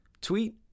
tweet